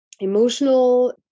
emotional